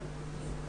מה העמדה של האוצר?